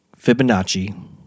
Fibonacci